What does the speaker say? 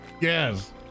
Yes